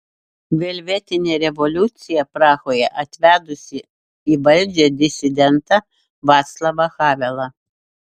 velvetinė revoliucija prahoje atvedusi į valdžią disidentą vaclavą havelą